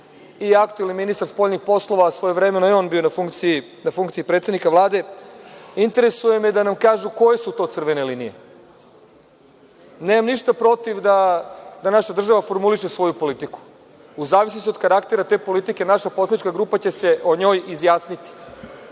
i aktuelni ministar spoljnih poslova, svojevremeno je on bio na funkciji predsednika Vlade, interesuje me da nam kažu koje su to crvene linije? Nemam ništa protiv da naša država formuliše svoju politiku. U zavisnosti od karaktera te politike, naša poslanička grupa će se o njoj izjasniti.